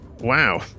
Wow